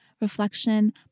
reflection